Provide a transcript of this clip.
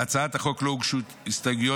להצעת החוק לא הוגשו הסתייגויות.